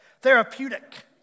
Therapeutic